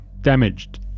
Damaged